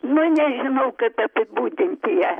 nu nežinau kaip apibūdinti ją